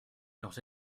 not